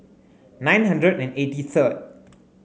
nine hundred and eighty third